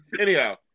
Anyhow